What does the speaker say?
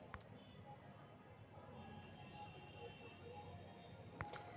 पहिले दूध के हाथ से दूहल जाइत रहै